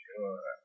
Sure